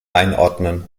einordnen